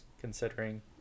Considering